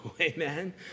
amen